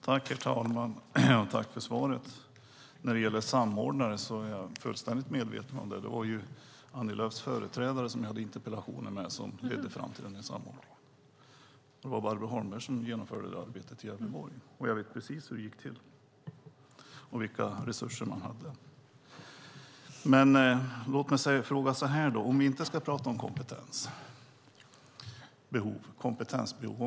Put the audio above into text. Herr talman! Jag tackar för svaret. När det gäller samordnare är jag fullständigt medveten om detta; det var ju en av Annie Lööfs företrädare, som jag hade interpellationsdebatter med, som genomförde samordningen. Det var Barbro Holmberg som genomförde detta arbete i Gävleborg, och jag vet precis hur det gick till och vilka resurser man hade. Låt mig dock säga så här: Vi ska inte tala om kompetensbehov.